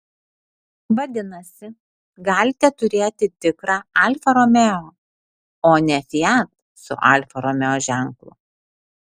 vadinasi galite turėti tikrą alfa romeo o ne fiat su alfa romeo ženklu